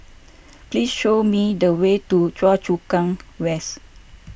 please show me the way to Choa Chu Kang West